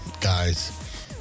guys